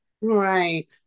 Right